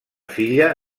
filla